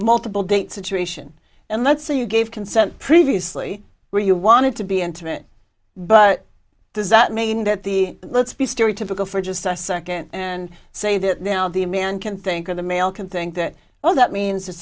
multiple don't situation and let's say you gave consent previously where you wanted to be intimate but does that mean that the let's be stereotypical for just a second and say that now the man can think of the male can think that well that means that